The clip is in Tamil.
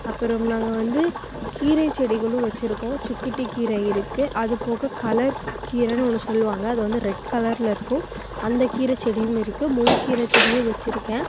அப்புறோம் நாங்கள் வந்து கீரை செடிகளும் வச்சிருக்கோம் சுக்கிட்டி கீரை இருக்கு அதுபோக கலர் கீரன்னு ஒன்று சொல்லுவாங்க அது வந்து ரெட் கலரில் இருக்கும் அந்த கீரை செடியும் இருக்கு முள் கீரை செடியும் வச்சிருக்கேன்